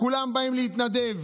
כולם באים להתנדב,